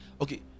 okay